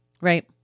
Right